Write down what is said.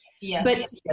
yes